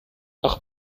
ach